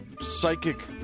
psychic